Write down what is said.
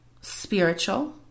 spiritual